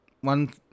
one